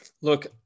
look